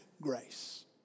grace